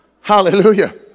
hallelujah